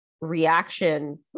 reaction